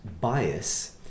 bias